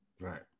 right